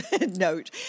note